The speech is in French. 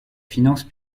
finances